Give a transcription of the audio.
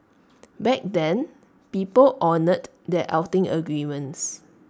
back then people honoured their outing agreements